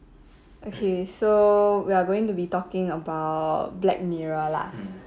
okay so we're going to be talking about black mirror lah